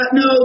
no